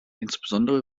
insbesondere